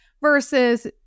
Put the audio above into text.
versus